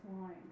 lines